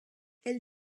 elle